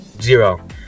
Zero